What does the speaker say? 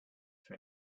for